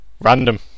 Random